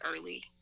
early